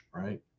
right